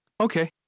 Okay